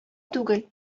түгел